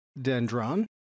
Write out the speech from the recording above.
dendron